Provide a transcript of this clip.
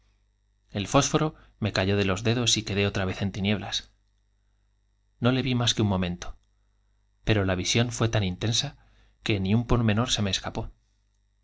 el fósforo pálido me cayó de los dedos y quedé otra vez en tinieblas no le vi más que un momento pero la visión fué tan intensa que ni un pormenor se me escapó